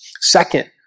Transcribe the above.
Second